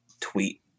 tweet